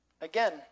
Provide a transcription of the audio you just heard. again